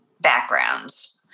backgrounds